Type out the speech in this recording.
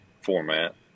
format